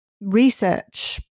research